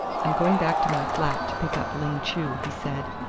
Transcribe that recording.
i'm going back to my flat to pick up ling chu, he said.